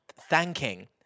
thanking